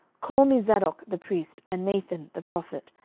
call me zadok the priest, and nathan the prophet,